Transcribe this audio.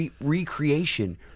recreation